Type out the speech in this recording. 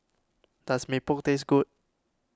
does Mee Pok taste good